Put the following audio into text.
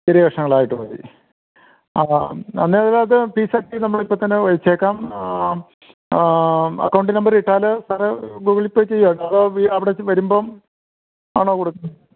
ചെറിയ കഷ്ണങ്ങളായിട്ട് മതി ആ എന്നാൽ അത് പീസാക്കി നമ്മൾ ഇപ്പം തന്നെ വെച്ചേക്കാം അക്കൗണ്ട് നമ്പർ ഇട്ടാൽ സർ ഗൂഗിൾ പേ ചെയ്യുമോ അതൊ അവിടേക്ക് വരുമ്പം ആണോ കൊടുക്കുന്നത്